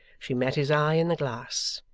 she met his eye in the glass,